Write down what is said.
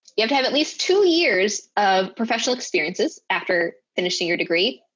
you have to have at least two years of professional experiences after finishing your degree,